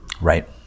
Right